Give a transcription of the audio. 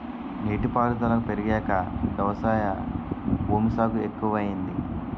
నీటి పారుదుల పెరిగాక వ్యవసాయ భూమి సాగు ఎక్కువయింది